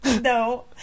No